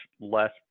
less